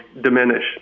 diminish